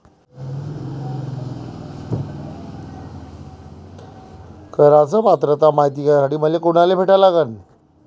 कराच पात्रता मायती करासाठी मले कोनाले भेटा लागन?